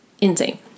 insane